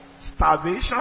starvation